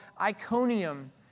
Iconium